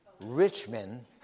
Richmond